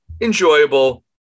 Enjoyable